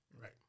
right